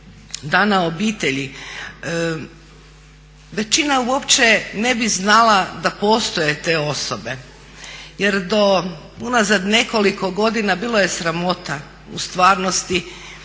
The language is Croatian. Dana obitelji. Većina uopće ne bi znala da postoje te osobe jer do unazad nekoliko godina bilo je sramota u stvarnosti